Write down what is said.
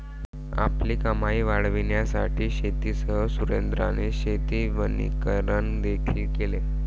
आपली कमाई वाढविण्यासाठी शेतीसह सुरेंद्राने शेती वनीकरण देखील केले